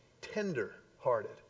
Tender-hearted